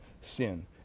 sin